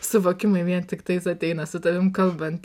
suvokimai vien tiktais ateina su tavim kalbant